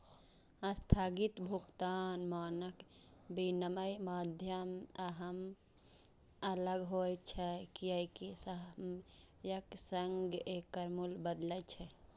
स्थगित भुगतान मानक विनमय माध्यम सं अलग होइ छै, कियैकि समयक संग एकर मूल्य बदलै छै